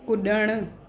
कुॾणु